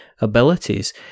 abilities